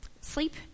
Sleep